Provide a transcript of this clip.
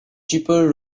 cheaper